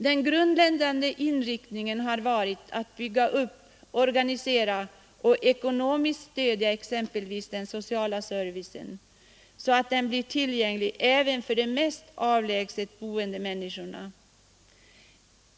Den grundläggande inriktningen har varit att bygga upp, organisera och ekonomiskt stödja exempelvis den sociala servicen, så att den blir tillgänglig även för de mest avlägset boende människorna.